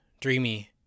dreamy